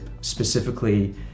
specifically